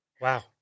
Wow